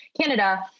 Canada